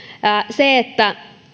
se että